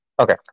Okay